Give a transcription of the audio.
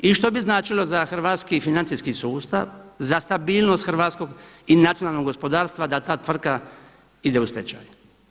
I što bi značilo za hrvatski financijski sustav, za stabilnost hrvatskog i nacionalnog gospodarstva da ta tvrtka ide u stečaj.